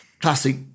classic